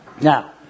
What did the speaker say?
Now